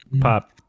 pop